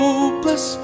Hopeless